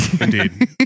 Indeed